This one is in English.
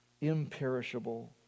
imperishable